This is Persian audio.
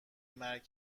مرگ